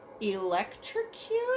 electrocute